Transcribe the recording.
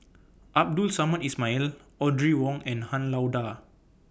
Abdul Samad Ismail Audrey Wong and Han Lao DA